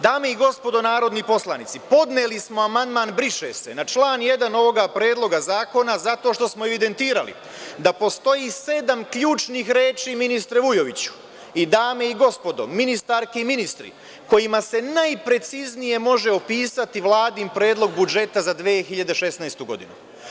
Dame i gospodo narodni poslanici, podneli smo amandman - briše se na član 1. ovoga Predloga zakona zato što smo evidentirali da postoji sedam ključnih reči, ministre Vujoviću i dame i gospodo ministarke i ministri, kojima se najpreciznije može opisati Vladin predlog budžeta za 2016. godinu.